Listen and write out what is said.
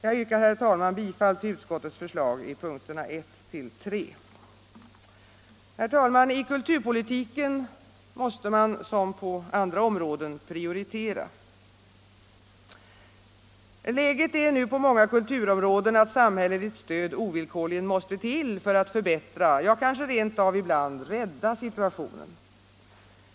Jag yrkar, herr talman, bifall till utskottets förslag i punkterna 1-3. Herr talman! I kulturpolitiken måste man, som på andra områden, prioritera. Läget är nu på många kulturområden att samhälleligt stöd ovillkorligen måste till för att förbättra — ja, ibland kanske rent av rädda situationen.